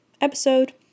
episode